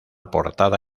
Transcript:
portada